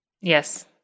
Yes